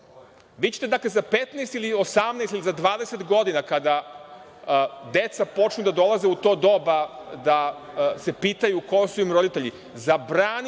Vi ćete dakle za 15 ili 18 ili za 20 godina kada deca počnu da dolaze u to doba da se pitaju ko su im roditelji zabraniti